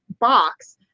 box